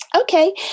Okay